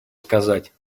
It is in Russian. сказать